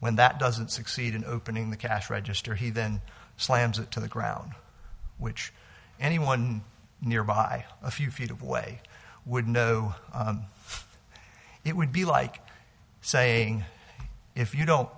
when that doesn't succeed in opening the cash register he then slams it to the ground which anyone nearby a few feet away would know it would be like saying if you